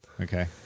Okay